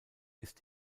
ist